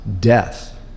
death